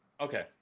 Okay